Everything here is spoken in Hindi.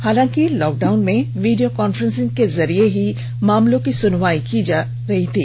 हालांकि लॉकडाउन में वीडियो कांफ्रेंसिंग के जरिए ही मामलों की सुनवाई की जा रही थी